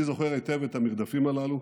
אני זוכר היטב את המרדפים הללו,